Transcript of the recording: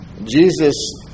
Jesus